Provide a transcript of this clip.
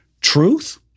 truth